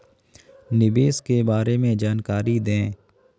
निवेश के बारे में जानकारी दें?